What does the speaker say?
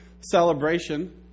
celebration